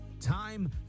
time